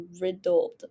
riddled